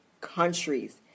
countries